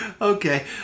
Okay